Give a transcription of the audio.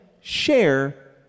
share